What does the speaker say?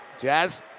Jazz